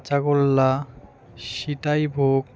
কাঁচাগোল্লা Sitabhog